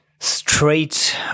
straight